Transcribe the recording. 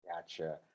Gotcha